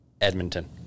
Edmonton